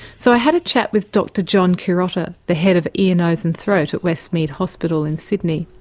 so i had a chat with dr john curotta, the head of ear, nose and throat at westmead hospital in sydney,